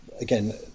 Again